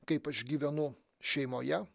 kaip aš gyvenu šeimoje